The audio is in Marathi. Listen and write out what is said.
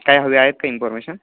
काय हवी आहेत का इन्फॉर्मेशन